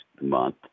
month